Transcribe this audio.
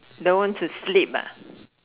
don't want to sleep ah